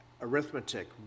arithmetic